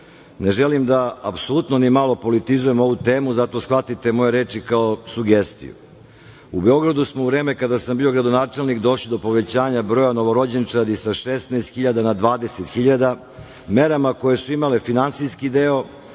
Ne želim da apsolutno ni malo politizujem na ovu temu, zato shvatite moje reči kao sugestiju.U Beogradu smo u vreme kada sam bio gradonačelnik došli do povećanja broja novorođenčadi sa 16 hiljada na 20 hiljada, merama koje su imale finansijski deo,